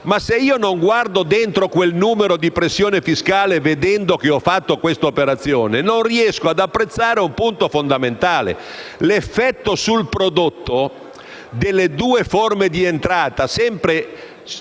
Ma se non guardo all'interno di quel numero relativo alla pressione fiscale vedendo che ho fatto questa operazione, non riesco ad apprezzare un punto fondamentale. L'effetto sul prodotto delle due forme di entrata (sempre